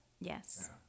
Yes